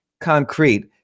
concrete